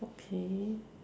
okay